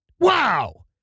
Wow